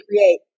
create